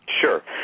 Sure